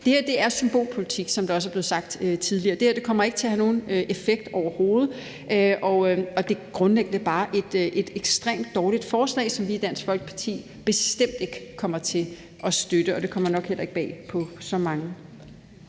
Det her er symbolpolitik, som der også er blevet sagt tidligere. Det kommer ikke til at have nogen effekt overhovedet, og det er grundlæggende bare et ekstremt dårligt forslag, som Dansk Folkeparti bestemt ikke kommer til at støtte. Det kommer nok heller ikke bag på så mange.